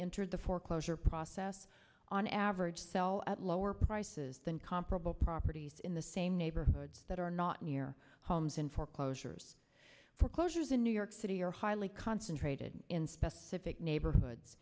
entered the foreclosure process on average sell at lower prices than comparable properties in the same neighborhoods that are not near homes in foreclosures foreclosures in new york city are highly concentrated in specific neighborhoods